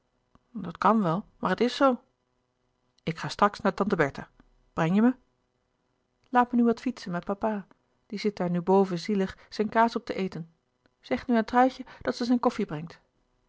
dat kan wel maar het is zoo ik ga straks naar tante bertha breng je me laat me nu wat fietsen met papa die zit daar nu boven zielig zijn kaas op te eten zeg nu aan truitje dat ze zijn koffie brengt